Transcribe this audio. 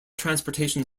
transportation